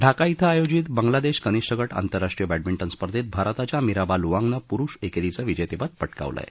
ढाका इथं आयोजित बांग्ला देश कनिष्ठ गट आंतरराष्ट्रीय बॅडमिंटन स्पर्धेत भारताच्या मीराबा लुवांगनं पुरूष एकेरीचं विजेतेपद पटकावलं आहे